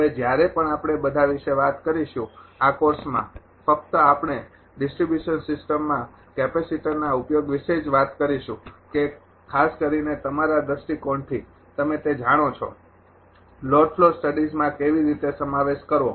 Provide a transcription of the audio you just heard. હવે જ્યારે પણ આપણે બધા વિશે વાત કરીશું આ કોર્સમાં ફક્ત આપણે ડિસ્ટ્રિબ્યુશન સિસ્ટમમાં કેપેસિટરના ઉપયોગ વિશે જ વાત કરીશું કે ખાસ કરીને તમારા દૃષ્ટિકોણથી તમે તે જાણો છો લોડ ફ્લો સ્ટડીઝમાં કેવી રીતે સમાવેશ કરવો